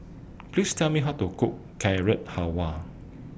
Please Tell Me How to Cook Carrot Halwa